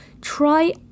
try